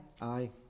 Aye